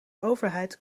overheid